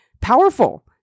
powerful